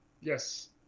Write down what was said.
Yes